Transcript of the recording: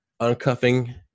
uncuffing